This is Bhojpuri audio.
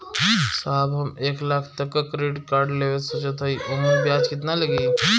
साहब हम एक लाख तक क क्रेडिट कार्ड लेवल सोचत हई ओमन ब्याज कितना लागि?